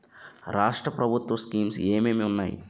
రాష్ట్రం ప్రభుత్వ స్కీమ్స్ ఎం ఎం ఉన్నాయి?